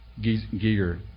Giger